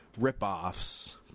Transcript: ripoffs